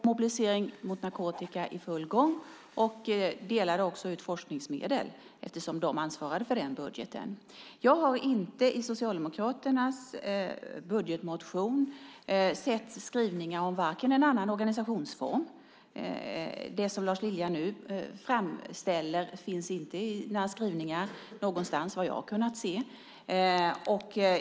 Herr talman! Förra året var Mobilisering mot narkotika i full gång och delade också ut forskningsmedel, eftersom de ansvarade för den budgeten. Jag har inte i Socialdemokraternas budgetmotion sett skrivningar om en annan organisationsform. Det som Lars Lilja nu framställer finns inte i några skrivningar någonstans vad jag har kunnat se.